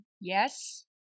yes